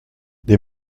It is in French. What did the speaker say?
des